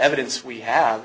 evidence we have